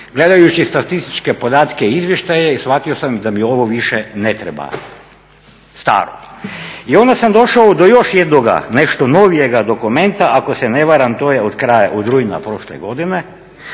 Gledajući statističke podatke i izvještaje i shvatio sam da mi ovo više ne treba staro. I onda sam došao do još jednoga nešto novijega dokumenta, ako se ne varam to je od kraja, od rujna prošle godine